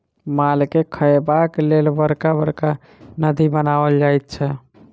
मालके खयबाक लेल बड़का बड़का नादि बनाओल जाइत छै